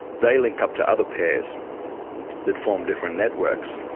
they link up to other pairs that form different networks.